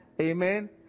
Amen